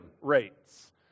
rates